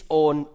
own